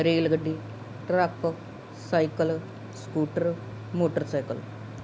ਰੇਲਗੱਡੀ truck cycle scooter motorcycle